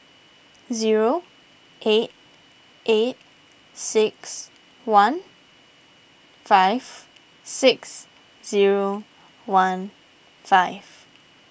zero eight eight six one five six zero one five